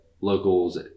locals